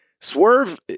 Swerve